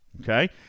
Okay